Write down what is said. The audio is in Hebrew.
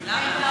למה?